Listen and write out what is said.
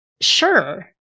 sure